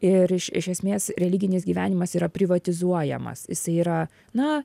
ir iš iš esmės religinis gyvenimas yra privatizuojamas jisai yra na